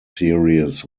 series